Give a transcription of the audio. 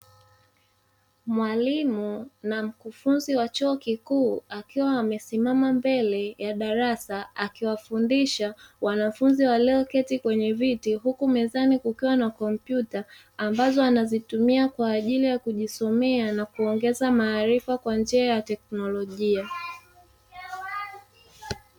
Mwalimu na mkufunzi wa chuo kikuu akiwa amesimama mbele ya darasa akiwafundisha wanafunzi walioketi kwenye viti, huku mezani kukiwa na kompyuta ambazo anazitumia kwa ajili ya kuzisomea na kuongeza maarifa kwa njia ya teknolojia.